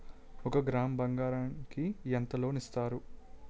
ఒక గ్రాము బంగారం కి ఎంత లోన్ ఇస్తారు?